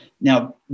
Now